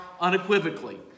unequivocally